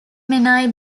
menai